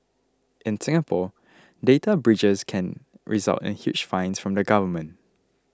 in Singapore data breaches can result in huge fines from the government